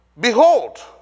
Behold